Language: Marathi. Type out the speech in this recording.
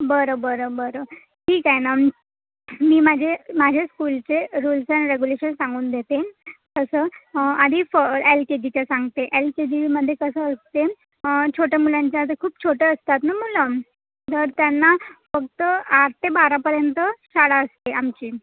बरं बरं बरं ठीक आहे ना मी माझे माझे स्कूलचे रुल्स अँड रेग्युलेशन्स सांगून देते तसं आधी फ एल के जीचे सांगते एल के जीमध्ये तसं सेम छोट्या मुलांच्या अशा खूप छोटं असतात ना मुलं तर त्यांना फक्त आठ ते बारापर्यंत शाळा असते आमची